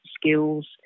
skills